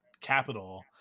capital